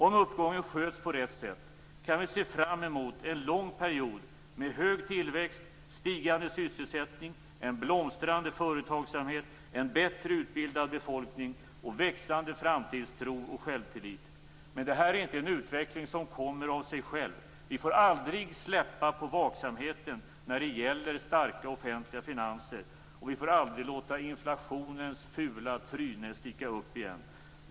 Om uppgången sköts på rätt sätt, kan vi se fram emot en lång period med hög tillväxt, stigande sysselsättning, en blomstrande företagsamhet, en bättre utbildad befolkning och växande framtidstro och självtillit. Men det här är inte en utveckling som kommer av sig själv. Vi får aldrig släppa på vaksamheten när det gäller starka offentliga finanser, och vi får aldrig låta inflationens fula tryne sticka upp igen.